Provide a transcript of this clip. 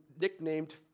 nicknamed